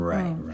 Right